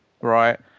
right